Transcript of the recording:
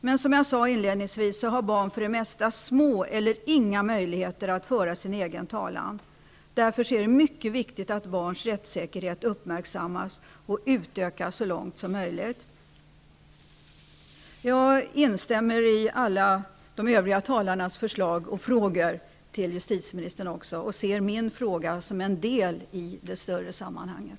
Men som jag sade inledningsvis, har barn för det mesta små eller inga möjligheter att föra sin egen talan. Därför är det mycket viktigt att barns rättssäkerhet uppmärksammas och utökas så långt som möjligt. Jag instämmer i alla de övriga talarnas förslag och frågor till justitieministern. Jag ser min fråga som en del i det större sammanhanget.